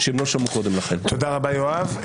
יואב,